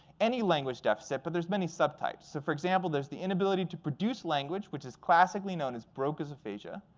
any language deficit, but there's many sub-types. so for example, there's the inability to produce language, which is classically known as broca's aphasia,